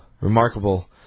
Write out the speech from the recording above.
remarkable